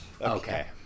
Okay